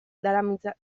darabiltzagu